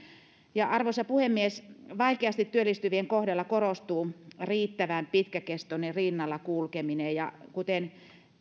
arvoisa puhemies vaikeasti työllistyvien kohdalla korostuu riittävän pitkäkestoinen rinnalla kulkeminen kuten